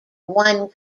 one